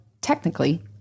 technically